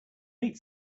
meet